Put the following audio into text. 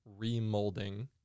remolding